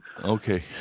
okay